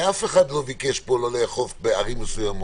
הרי אף אחד לא ביקש פה לא לאכוף בערים מסוימות,